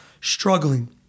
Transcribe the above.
struggling